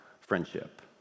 friendship